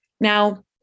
Now